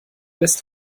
lässt